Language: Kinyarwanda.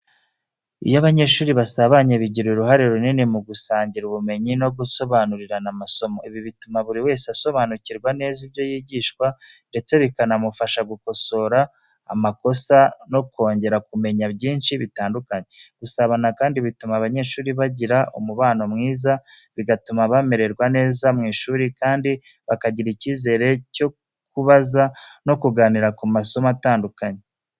Iyo abanyeshuri basabanye, bigira uruhare runini mu gusangira ubumenyi no gusobanurirana amasomo. Ibi bituma buri wese asobanukirwa neza ibyo yigishwa, ndetse bikanamufasha gukosora amakosa no kongera kumenya byinshi bitandukanye. Gusabana kandi bituma abanyeshuri bagira umubano mwiza, bigatuma bamererwa neza mu ishuri kandi bakagira icyizere cyo kubaza no kuganira ku masomo atandukanye.